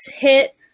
hit